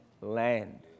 land